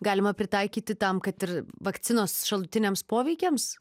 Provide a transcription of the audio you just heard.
galima pritaikyti tam kad ir vakcinos šalutiniams poveikiams